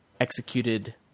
executed